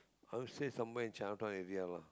I stay somewhere in Chinatown area lah